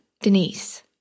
Denise